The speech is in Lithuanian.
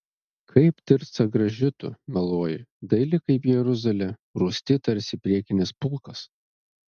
kaip tirca graži tu mieloji daili kaip jeruzalė rūsti tarsi priekinis pulkas